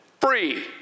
Free